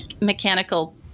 mechanical